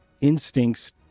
instincts